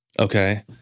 Okay